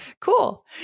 Cool